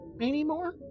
anymore